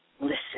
listen